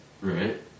right